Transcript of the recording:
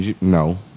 No